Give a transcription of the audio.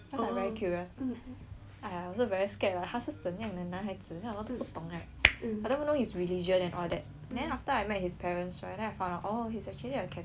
I also very scared lah 他是怎样的男孩子我都不懂 right I don't even know his religion and all that then after I met his parents right then I found oh he's actually is catholic and they go to church everytime